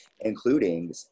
including